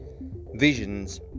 visions